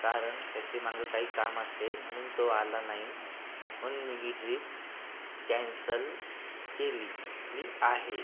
कारण त्याचे मागं काही काम असेल म्हणून तो आला नाही म्हणून मी ही ट्रिप कॅन्सल केलेली आहे